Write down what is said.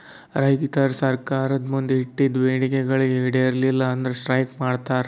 ರೈತರ್ ಸರ್ಕಾರ್ದ್ ಮುಂದ್ ಇಟ್ಟಿದ್ದ್ ಬೇಡಿಕೆ ಈಡೇರಲಿಲ್ಲ ಅಂದ್ರ ಸ್ಟ್ರೈಕ್ ಮಾಡ್ತಾರ್